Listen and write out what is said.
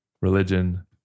religion